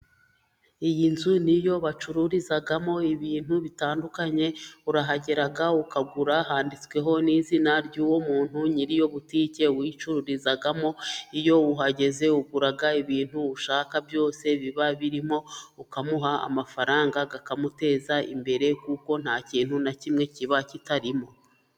Iyi nzu ni iyo bacururizamo ibintu bitandukanye, urahagera ukagura, handitsweho n'izina ry'uwo muntu, nyiri iyo butike uyicururizamo, iyo uhageze uragura, ibintu ushaka byose biba birimo, ukamuha amafaranga, ukakamuteza imbere, kuko nta kintu na kimwe kiba kitarimo.